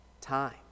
time